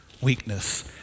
weakness